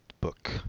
book